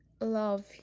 love